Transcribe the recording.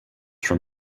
from